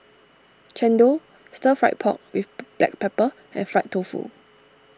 Chendol Stir Fry Pork with Black Pepper and Fried Tofu